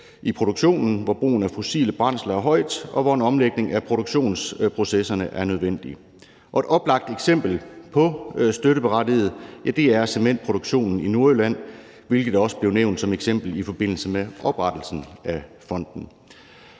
i produktionen, hvor brugen af fossile brændsler er høj, og hvor en omlægning af produktionsprocesserne er nødvendig. Og et oplagt eksempel på, hvem der er støtteberettiget, er cementproduktionen i Nordjylland, hvilket også blev nævnt som et eksempel i forbindelse med oprettelsen af fonden.